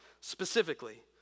specifically